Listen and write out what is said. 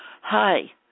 hi